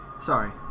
sorry